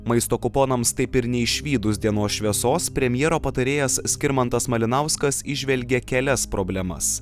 maisto kuponams taip ir neišvydus dienos šviesos premjero patarėjas skirmantas malinauskas įžvelgė kelias problemas